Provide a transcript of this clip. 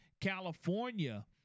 California